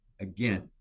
again